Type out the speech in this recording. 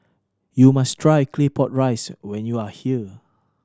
you must try Claypot Rice when you are here